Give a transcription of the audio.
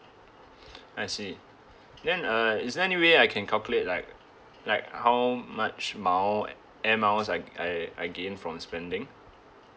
I see then uh is there any way I can calculate like like how much mile air miles I I I gain from spending